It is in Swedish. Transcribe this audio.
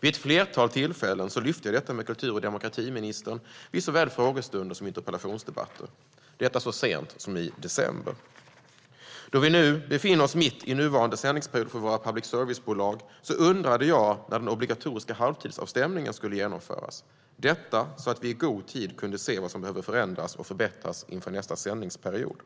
Vid ett flertal tillfällen tog jag upp detta med kultur och demokratiministern i såväl frågestunder som interpellationsdebatter. Det gjorde jag så sent som i december. Då vi nu befinner oss mitt i nuvarande sändningsperiod för våra public service-bolag undrade jag när den obligatoriska halvtidsavstämningen skulle genomföras - detta för att vi i god tid ska kunna se vad som behöver förändras och förbättras inför nästa sändningsperiod.